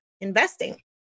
investing